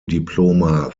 diploma